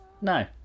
no